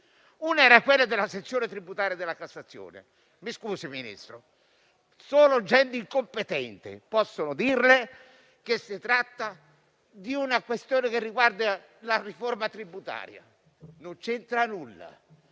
era la riforma della sezione tributaria della Cassazione. Mi scusi, Ministro, ma solo gente incompetente può dirle che si tratta di una questione che riguarda la riforma tributaria: non c'entra nulla.